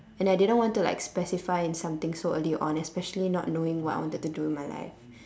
and I didn't want to like specify in something so early on especially not knowing what I wanted to do in my life